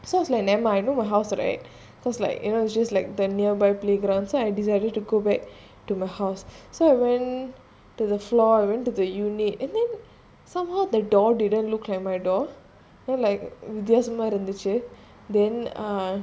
so I was like never mind you know my house right cause like you know it's just like the nearby playground so I decided to go back to my house so I went to the floor I went into the unit and then somehow the door didn't look like my door then like வித்யாசமாஇருந்துச்சு:vithyasama irunthuchu then err